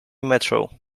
metro